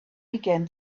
began